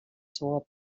seua